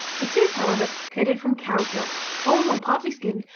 it is, however, curded from cow's milk, whole or partly skimmed,